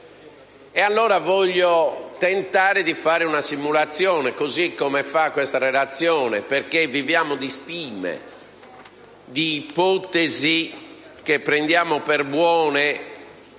Allora voglio tentare di fare una simulazione, così come fa questa Relazione, perché viviamo di stime, di ipotesi che prendiamo per buone